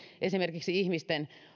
esimerkiksi ihmisten